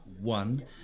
one